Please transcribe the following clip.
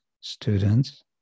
students